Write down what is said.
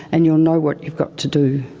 and you'll know what you've got to do.